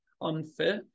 unfit